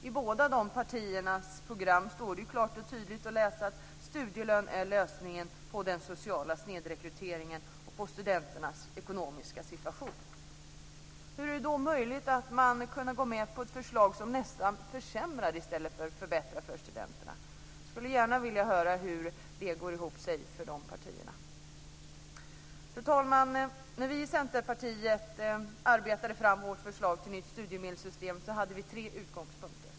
I båda partiernas program står det klart och tydligt att studielön är lösningen på den sociala snedrekryteringen och på studenternas ekonomiska situation. Hur är det då möjligt att gå med på ett förslag som nästan försämrar i stället för förbättrar för studenterna? Jag skulle gärna vilja höra hur det går ihop för de partierna. Fru talman! När vi i Centerpartiet arbetade fram vårt förslag till nytt studiemedelssystem hade vi tre utgångspunkter.